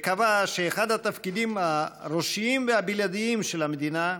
וקבע שאחד התפקידים הראשיים והבלעדיים של המדינה הוא,